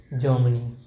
Germany